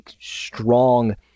strong